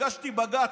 הגשתי בג"ץ.